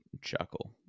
chuckle